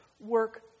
Work